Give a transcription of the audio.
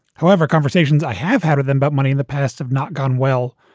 however, conversations i have had with them about money in the past have not gone well.